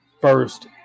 first